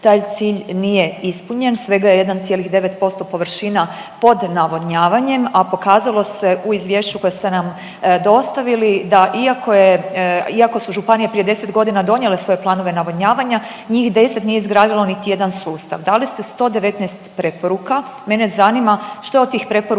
taj cilj nije ispunjen, svega je 1,9% površina pod navodnjavanjem, a pokazalo se u izvješću koje ste nam dostavili da iako su županije prije 10 godina donijele svoje planove navodnjavanja njih 10 nije izgradilo niti jedan sustav. Dali ste 119 preporuka. Mene zanima što je od tih preporuka